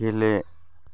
गेले